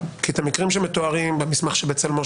כי את המקרים שמתוארים במסמך ש'בצלמו'